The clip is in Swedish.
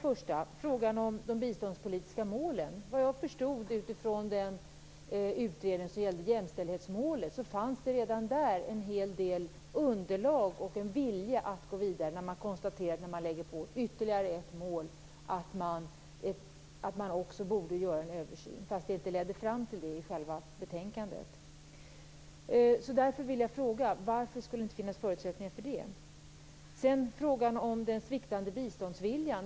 Först frågan om de biståndspolitiska målen. Vad jag förstod utifrån den utredning som gällde jämställdhetsmålet fanns det redan där en hel del underlag och en vilja att gå vidare. Man konstaterade när man lade till ytterligare ett mål att man också borde göra en översyn, men det ledde inte fram till det i själva betänkandet. Därför vill jag fråga: Varför skulle det inte finnas förutsättningar för det? Sedan till frågan om den sviktande biståndsviljan.